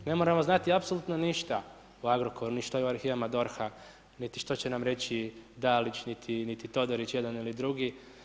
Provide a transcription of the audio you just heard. Ne moramo znati apsolutno ništa o Agrokoru, ni što je u arhivima DORH-a, niti što će nam reći Dalić, niti Todorić, jedan ili drugi.